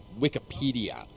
Wikipedia